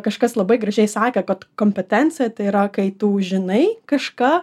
kažkas labai gražiai sakė kad kompetencija tai yra kai tu žinai kažką